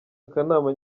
akanama